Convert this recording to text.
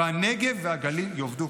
והנגב והגליל יאבדו.